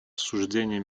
осуждение